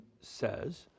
says